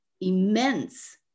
immense